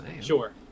Sure